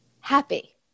happy